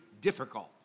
difficult